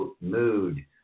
mood